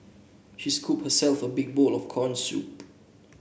she scooped herself a big bowl of corn soup